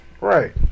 Right